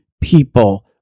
people